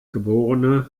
geb